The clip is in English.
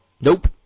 nope